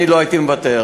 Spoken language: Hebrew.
אני לא הייתי מוותר.